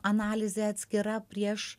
analizė atskira prieš